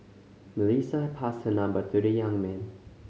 Melissa passed her number to the young man